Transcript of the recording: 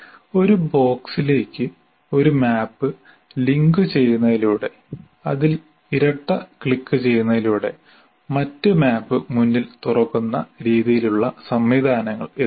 ഒരു ബോക്സിലേക്ക് ഒരു മാപ്പ് ലിങ്കുചെയ്യുന്നതിലൂടെ അതിൽ ഇരട്ട ക്ലിക്കുചെയ്യുന്നതിലൂടെ മറ്റ് മാപ്പ് മുന്നിൽ തുറക്കുന്ന രീതിയിലുള്ള സംവിധാനങ്ങൾ ഇതിലുണ്ട്